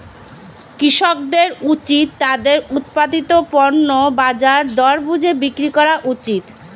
কৃষকদের উচিত তাদের উৎপাদিত পণ্য বাজার দর বুঝে বিক্রি করা উচিত